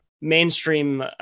mainstream